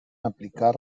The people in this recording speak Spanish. aplicar